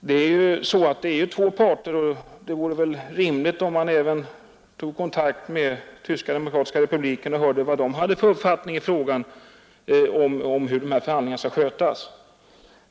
Det gäller ju två parter, och det vore rimligt om man även tog kontakt med Tyska demokratiska republiken för att få reda på uppfattningen där om hur förhandlingarna skall skötas.